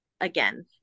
again